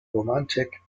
romantic